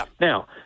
Now